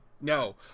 No